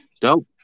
dope